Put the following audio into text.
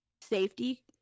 safety